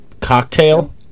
cocktail